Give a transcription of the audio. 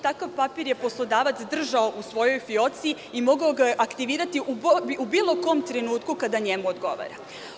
Takav papir je poslodavac držao u svojoj fijoci i mogao ga je aktivirati u bilo kom trenutku kada njemu odgovara.